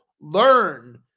learn